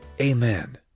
amen